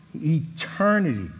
eternity